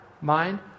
mind